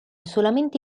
solamente